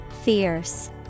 Fierce